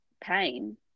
pain